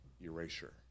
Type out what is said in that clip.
erasure